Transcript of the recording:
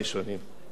חבר הכנסת בילסקי,